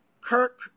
Kirk